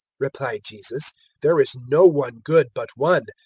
replied jesus there is no one good but one,